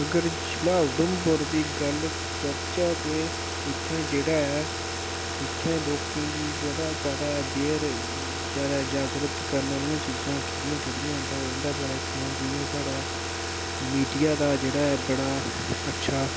अगर जि'ला उधमपुर दी गल्ल करचै के इत्थै जेह्ड़ा ऐ इत्थैं लोकेे गी जगह् जगह् अवेयर ज्यादा जागरत करने आह्लिया चीज़ां केह्ड़ियां केह्ड़ियां न तां उं'दे बारै च सनां जियां साढ़ै मीडिया दा जेह्ड़ा ऐ बड़ा अच्छा